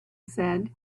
said